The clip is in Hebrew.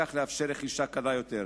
וכך לאפשר רכישה קלה יותר.